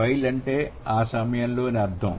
While అంటే ఆ సమయంలో అని అర్థం